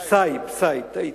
סאיב, סאיב, טעיתי.